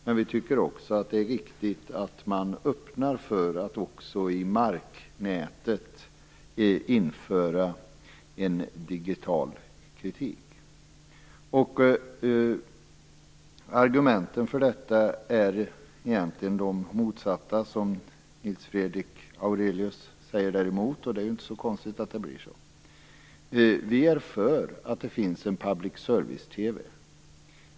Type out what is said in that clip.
Men vi tycker också att det är viktigt att man öppnar för att även i marknätet införa en digital teknik. Argumenten för detta är egentligen de motsatta i förhållande till Nils Fredrik Aurelius. Han talar emot våra argument, och det är ju inte så konstigt. Vi är för att det finns en public service-TV.